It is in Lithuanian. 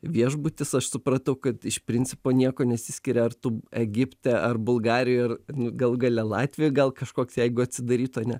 viešbutis aš supratau kad iš principo niekuo nesiskiria ar tu egipte ar bulgarijoj ar galų gale latvijoj gal kažkoks jeigu atsidarytų ane